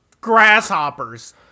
grasshoppers